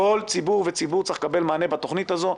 כל ציבור צריך לקבל מענה בתכנית הזאת.